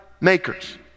makers